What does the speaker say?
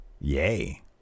yay